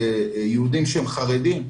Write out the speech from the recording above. יהודים שהם חרדים.